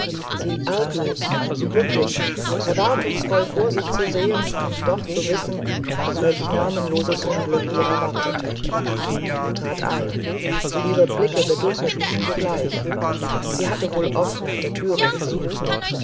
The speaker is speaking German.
sie arglos glücklich erwartungsvoll vor sich zu sehen und doch zu wissen welch namenloses unglück ihrer warte er trat ein ihre blicke begegneten ihm sogleich sie hatte wohl oft nach der türe gesehen